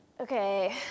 Okay